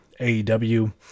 AEW